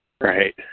Right